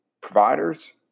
providers